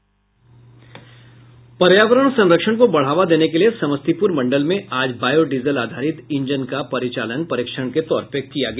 पर्यावरण संरक्षण को बढ़ावा देने के लिए समस्तीपुर मंडल में आज बायोडीजल आधारित ईंजन का परिचालन परीक्षण के तौर पर किया गया